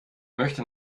möchte